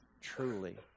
truly